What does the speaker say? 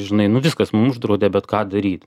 žinai nu viskas mum uždraudė bet ką daryt